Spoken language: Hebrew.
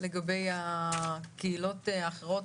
לגבי הקהילות אחרות,